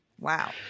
Wow